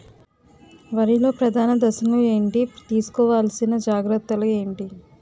వరిలో ప్రధాన దశలు ఏంటి? తీసుకోవాల్సిన జాగ్రత్తలు ఏంటి?